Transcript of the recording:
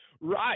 right